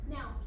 Now